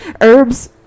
herbs